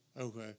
Okay